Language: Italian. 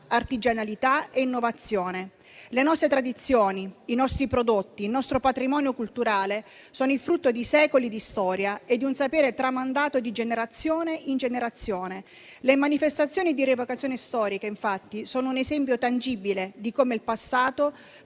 artigianalità e innovazione. Le nostre tradizioni, i nostri prodotti, il nostro patrimonio culturale sono il frutto di secoli di storia e di un sapere tramandato di generazione in generazione. Le manifestazioni di rievocazione storica, infatti, sono un esempio tangibile di come il passato